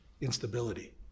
instability